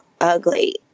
ugly